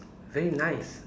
very nice